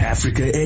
Africa